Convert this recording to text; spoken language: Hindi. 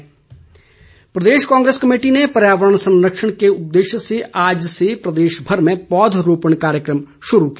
राठौर प्रदेश कांग्रेस कमेटी ने पर्यावरण संरक्षण के उददेश्य से आज से प्रदेशभर में पौध रोपण कार्यक्रम शुरू किया